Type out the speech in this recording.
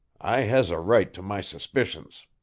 i has a right to my suspicions.